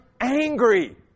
angry